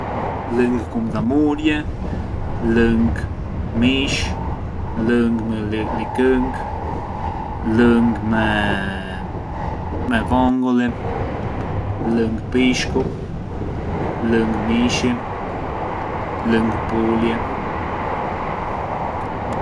Lëng kumdhamurje, lëng mish, lëng me likënkë, lëng me me vongoli, lëng pishku, lëng mishi, lëng pulje.